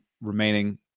remaining